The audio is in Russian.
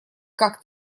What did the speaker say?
как